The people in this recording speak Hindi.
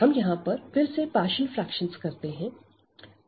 हम यहां पर फिर से पार्षल फ्रेक्शनस करते है